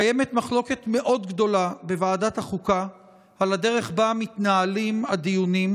קיימת מחלוקת מאוד גדולה בוועדת החוקה על הדרך שבה מתנהלים הדיונים,